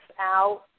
out